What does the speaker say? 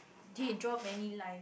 he draw many line